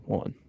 one